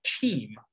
team